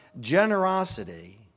generosity